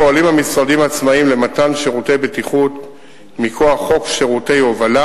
פועלים המשרדים העצמאים למתן שירותי בטיחות מכוח חוק שירותי הובלה.